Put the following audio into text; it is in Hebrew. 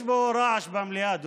יש פה רעש במליאה,